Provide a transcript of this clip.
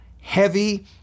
heavy